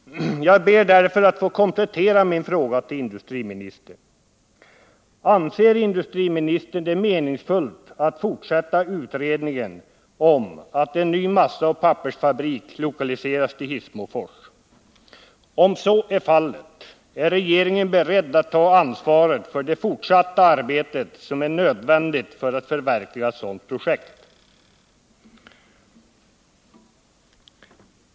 Jag ber därför att få komplettera min fråga till industriministern. Anser industriministern det meningsfullt att fortsätta utredningen om att en ny massaoch pappersfabrik lokaliseras till Hissmofors? Om så ä är fallet, är regeringen beredd att ta ansvaret för det fortsatta arbete som är nödvändigt för att förverkliga ett sådant projekt?